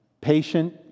patient